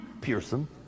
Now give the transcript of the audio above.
Pearson